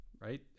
right